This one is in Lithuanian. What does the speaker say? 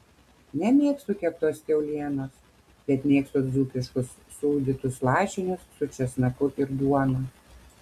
nemėgstu keptos kiaulienos bet mėgstu dzūkiškus sūdytus lašinius su česnaku ir duona